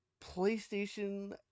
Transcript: playstation